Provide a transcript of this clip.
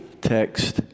text